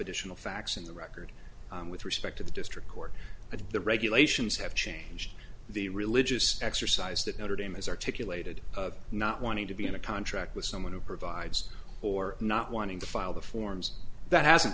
additional facts in the record with respect to the district court but the regulations have changed the religious exercise that notre dame has articulated not wanting to be in a contract with someone who provides for not wanting to file the forms that hasn't